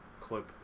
clip